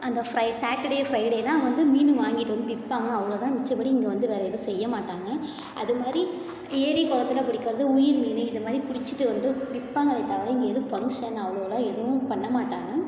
அந்த Fri Saturday ஃப்ரைடேனா அவங்க வந்து மீன் வாங்கிட்டு வந்து விற்பாங்க அவ்வளோ தான் மிச்ச படி இங்கே வேற எதுவும் செய்ய மாட்டாங்க அது மாதிரி ஏரி குளத்துல பிடிக்கிறது உயிர் மீன் இதை மாதிரி பிடிச்சிட்டு வந்து விற்பாங்களே தவிர இங்கே எதுவும் ஃபங்ஷன் அவ்ளோவுலாம் எதுவும் பண்ண மாட்டாங்க